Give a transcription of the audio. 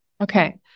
Okay